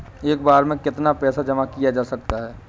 एक बार में कितना पैसा जमा किया जा सकता है?